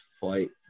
fight